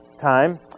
time